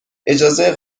اجازه